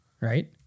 right